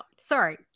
Sorry